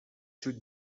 should